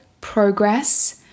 progress